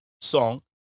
song